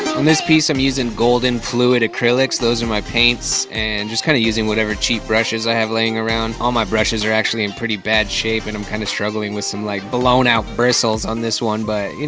this piece i'm using golden fluid acrylics, those are my paints and just kinda using whatever cheap brushes i have laying around all my brushes are actually in pretty bad shape and i'm kinda struggling with some like blown out bristles on this one but you